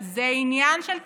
זה עניין של תקציב.